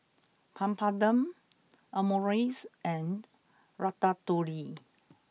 Papadum Omurice and Ratatouille